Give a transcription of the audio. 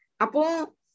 Apo